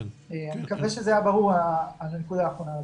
אני מקווה שהנקודה האחרונה הייתה ברורה.